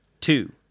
two